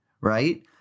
right